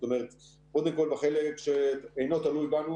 קודם כל בחלק שאינו תלוי בנו,